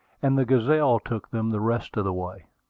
and the gazelle took them the rest of the way.